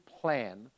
plan